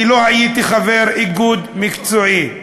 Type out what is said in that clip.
כי לא הייתי חבר איגוד מקצועי,